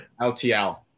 LTL